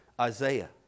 Isaiah